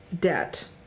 debt